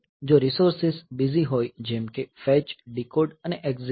જો resources busy હોય જેમ કે ફેચ ડીકોડ અને એક્ઝિક્યુટ